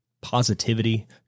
positivity